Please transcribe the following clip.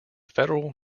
federal